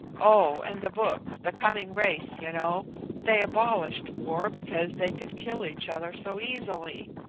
oh, in the book the coming race you know they abolished war because they could kill each other so easily.